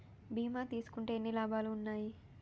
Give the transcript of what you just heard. బీమా తీసుకుంటే ఎన్ని లాభాలు ఉన్నాయి?